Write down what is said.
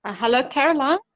ah hello caroline?